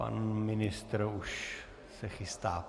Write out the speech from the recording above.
Pan ministr už se chystá.